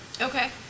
Okay